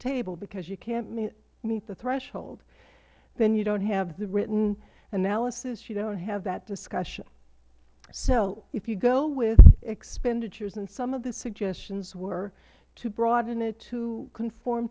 table because you cant meet the threshold then you dont have the written analysis you dont have that discussion so if you go with expenditures and some of the suggestions were to broaden it to conform